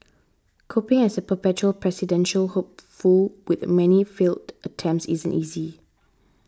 coping as a perpetual presidential hopeful with many failed attempts isn't easy